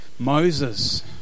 Moses